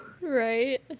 Right